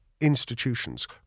institutions